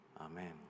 Amen